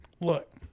Look